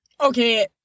Okay